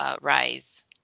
rise